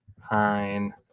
Hein